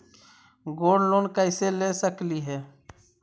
Gold loan कैसे ले सकली हे?